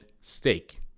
stake